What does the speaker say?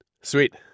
Sweet